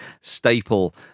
staple